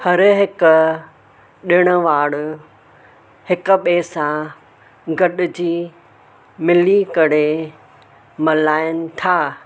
हर हिक ॾिण वाड़ हिक ॿिए सां गॾु जी मिली करे मल्हायण था